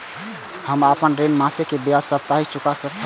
हम आपन ऋण मासिक के ब्याज साप्ताहिक चुका रहल छी